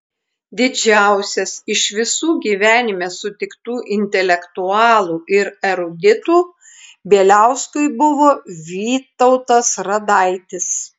didžiausias iš visų gyvenime sutiktų intelektualų ir eruditų bieliauskui buvęs vytautas radaitis